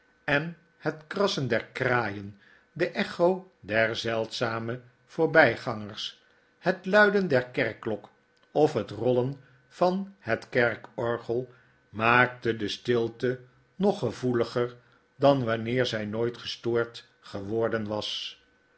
en het krassen der kraaien de echo der zeldzame voorbij gangers het luiden der kerkklok of het rollen van het kerkorgel maakte de stilte nog gevoeliger dan wanneer zij nooit gestoord geworden was